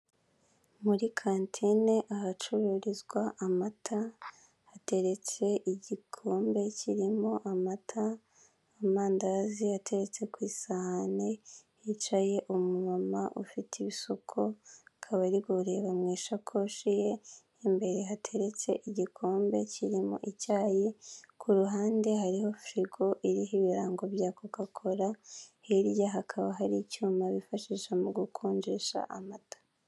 Muri kantine ahacururizwa amata, hateretse igikombe kirimo amata, amandazi ateretse ku isahani, hicaye umumama ufite ibisuko akaba ari kureba mu ishakoshi ye, imbere hateretse igikombe kirimo icyayi, ku ruhande hariho firigo iriho ibirango bya koka kola, hirya hakaba hari icyuma bifashisha mu gukonjesha amata.